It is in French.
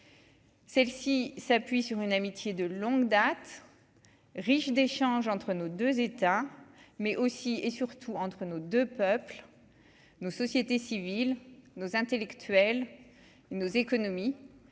Celle-ci s'appuie sur une amitié de longue date, riche d'échanges entre nos 2 États mais aussi et surtout entre nos 2 peuples nous, société civile, nos intellectuels, nos économies